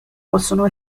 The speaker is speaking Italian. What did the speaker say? possono